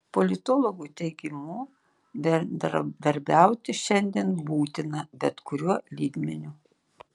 politologo teigimu bendradarbiauti šiandien būtina bet kuriuo lygmeniu